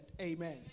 Amen